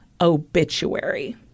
obituary